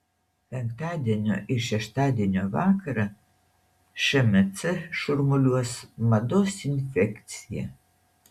penktadienio ir šeštadienio vakarą šmc šurmuliuos mados infekcija